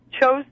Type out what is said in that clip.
Chose